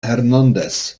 hernandez